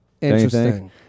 Interesting